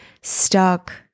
stuck